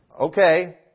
Okay